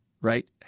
right